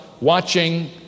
watching